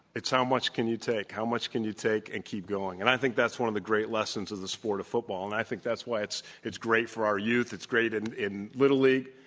it's how much can you take, how much can you take and keep going? and i think that's one of the great lessons of the sport of football, and i think that's why it's it's great for our youth. it's great and in little league.